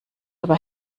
aber